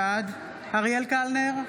בעד אריאל קלנר,